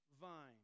vine